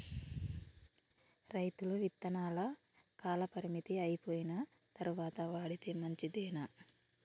రైతులు విత్తనాల కాలపరిమితి అయిపోయిన తరువాత వాడితే మంచిదేనా?